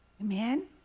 Amen